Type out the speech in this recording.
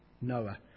Noah